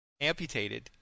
amputated